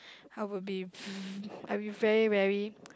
I would be I would be very very